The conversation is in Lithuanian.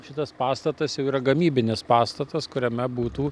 šitas pastatas jau yra gamybinis pastatas kuriame būtų